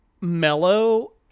Mellow